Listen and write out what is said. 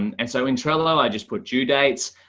and so in trello, i just put due dates.